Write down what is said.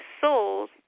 souls